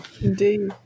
Indeed